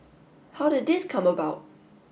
how did this come about